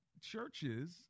churches